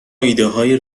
ایدههای